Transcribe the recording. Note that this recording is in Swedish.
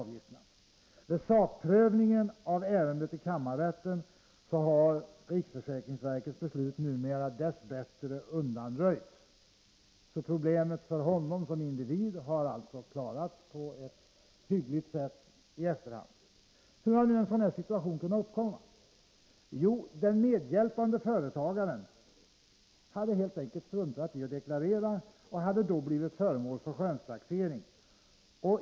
Vid sakprövningen av ärendet i kammarrätten har riksrevisionsverkets beslut numera dess bättre undanröjts, så problemet för A som individ har alltså klarats på ett hyggligt sätt i efterhand. Hur har nu denna situation kunnat uppkomma? Jo, den medhjälpande företagaren hade helt enkelt struntat i att deklarera och därför blivit föremål för skönstaxering.